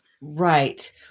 Right